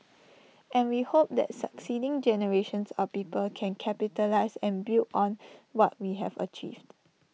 and we hope that succeeding generations of people can capitalise and build on what we have achieved